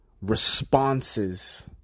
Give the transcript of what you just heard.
Responses